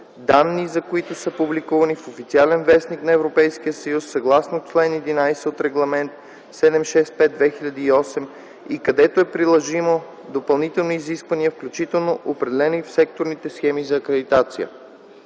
данни за които са публикувани в „Официален вестник” на Европейския съюз, съгласно чл. 11 от Регламент 765/2008 и, където е приложимо, допълнителни изисквания, включително определени в секторните схеми за акредитация.”